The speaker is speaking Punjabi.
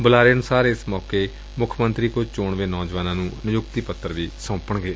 ਬੁਲਾਰੇ ਅਨੁਸਾਰ ਏਸ ਮੌਕੇ ਮੁੱਖ ਮੰਤਰੀ ਕੁਝ ਚੋਣਵੇ ਨੌਜਵਾਨਾਂ ਨੁੰ ਨਿਯੁਕਤੀ ਪੱਤਰ ਵੀ ਸੌਂਪਣਗੇ